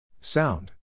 Sound